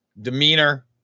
demeanor